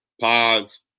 Pods